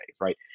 right